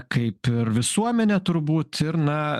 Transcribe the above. kaip ir visuomenė turbūt ir na